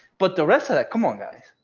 but the rest of that come on guys.